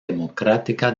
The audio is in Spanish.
democrática